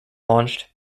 launched